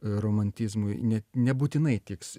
romantizmui ne nebūtinai tiks